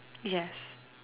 yes